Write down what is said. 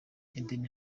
eden